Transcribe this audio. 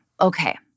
Okay